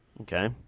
Okay